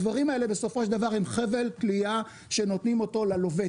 הדברים האלה בסופו של דבר הם חבל תלייה שנותנים אותו ללווה.